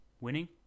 winning